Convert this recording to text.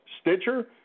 Stitcher